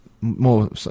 more